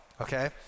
okay